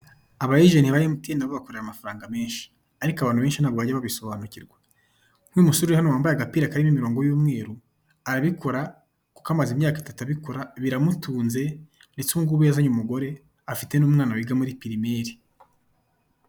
Aba ejenti ba MTN nabo bakorera amafaranga menshi, ariko abantu benshi ntabwo bajya babisobanukirwa. nk'uyu musore uri hano wambaye agapira karimo imirongo y'umweru, arabikora, kuko amaze imyaka itatu abikora, biramutunze ndetse ubu ngubu yazanye umugore, afite n'umwana wiga muri pirimeri.